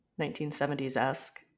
1970s-esque